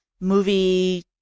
movie